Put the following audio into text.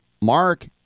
Mark